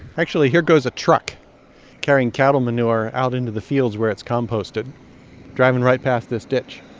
actually, here goes a truck carrying cattle manure out into the fields where it's composted driving right past this ditch